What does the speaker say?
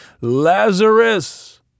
Lazarus